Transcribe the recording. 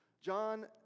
John